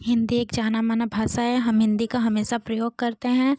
हिन्दी एक जानी मानी भाषा है हम हिन्दी का हमेशा प्रयोग करते हैं